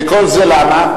וכל זה למה?